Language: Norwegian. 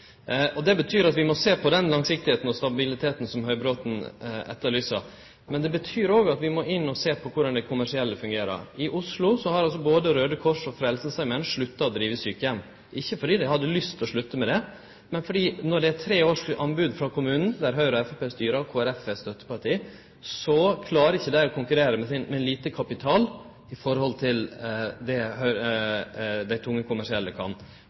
deler. Det betyr av vi må sjå på den langsiktigheita og stabiliteten som Høybråten etterlyser, men det betyr òg at vi må inn og sjå på korleis det kommersielle fungerer. I Oslo har både Raudekrossen og Frelsesarmeen slutta å drive sjukeheimar, ikkje fordi dei hadde lyst til å slutte med det, men fordi dei – når det er tre års anbodsperiode i kommunen, der Høgre og Framstegspartiet styrer og Kristeleg Folkeparti er støtteparti – ikkje klarer å konkurrere, med lite kapital i forhold til det dei tunge kommersielle